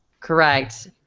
Correct